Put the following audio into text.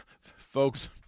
Folks